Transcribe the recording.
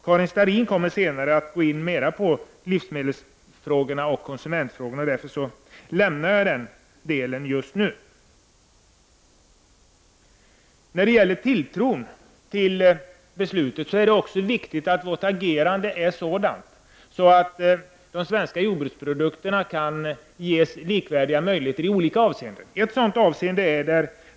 Karin Starrin kommer senare att tala mer om livsmedelsfrågorna och konsumentfrågorna. Därför lämnar jag den delen. När det gäller tilltron till beslutet är det viktigt att vårt agerande är sådant att de svenska jordbruksprodukterna kan ges möjligheter som i olika avseenden är likvärdiga med de utländska produkterna.